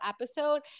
episode